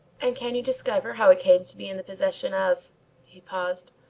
and can you discover how it came to be in the possession of he paused,